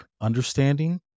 understanding